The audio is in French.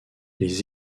les